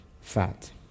fat